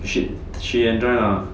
she she enjoy lah